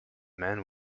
man